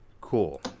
cool